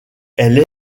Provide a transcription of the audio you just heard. elle